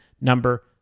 number